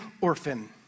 orphan